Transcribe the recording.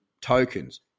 tokens